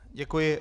Děkuji.